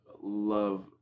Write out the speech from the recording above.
love